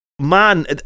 Man